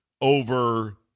over